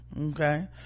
okay